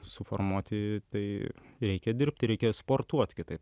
suformuoti tai reikia dirbti reikia sportuot kitaip